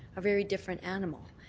a very different animal.